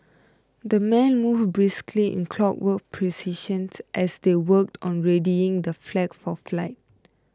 the men moved briskly in clockwork precision's as they worked on readying the flag for flight